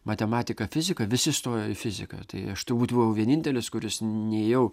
matematika fizika visi stojo į fiziką tai aš turbūt buvau vienintelis kuris nėjau